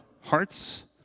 hearts